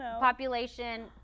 population